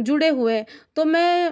जुड़े हुए हैं तो मैं